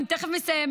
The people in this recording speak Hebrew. אני תכף מסיימת.